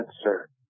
answer